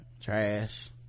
trash